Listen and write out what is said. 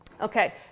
okay